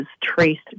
traced